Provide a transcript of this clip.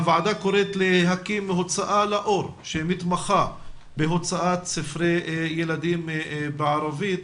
הוועדה קוראת להקים הוצאה לאור שמתמחה בהוצאת ספרי ילדים בערבית.